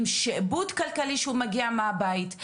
עם שיעבוד כלכלי שהוא מגיע מהבית.